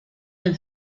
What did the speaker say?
del